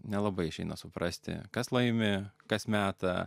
nelabai išeina suprasti kas laimi kas meta